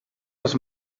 les